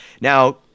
Now